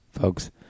folks